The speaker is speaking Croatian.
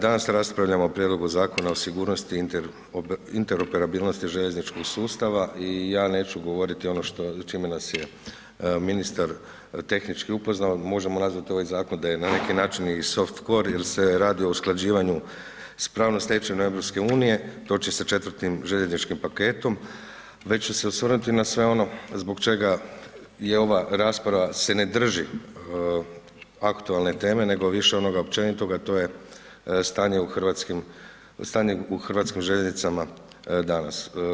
Danas raspravljamo o Prijedlogu zakona o sigurnosti i interoperabilnosti željezničkog sustava i ja neću govoriti ono čime nas je ministar tehnički upoznao, možemo nazvati ovaj zakon da je na neki način i soft core jer se radi o usklađivanju s pravnom stečevinom EU-a, točnije sa IV. željezničkim paketom, već ću se osvrnuti na sve ono zbog čega je ova rasprava se ne drži aktualne teme nego više onoga općenitoga a to je stanje u Hrvatskim željeznicama danas.